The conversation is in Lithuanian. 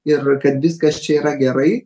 ir kad viskas čia yra gerai